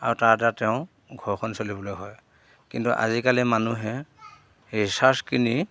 আৰু তাৰ দ্বাৰা তেওঁৰ ঘৰখন চলিবলৈ হয় কিন্তু আজিকালি মানুহে ৰিচাৰ্জ কিনি